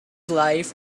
life